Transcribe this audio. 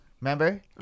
Remember